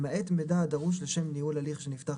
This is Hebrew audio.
למעט מידע הדרוש לשם ניהול הליך שנפתח